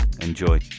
Enjoy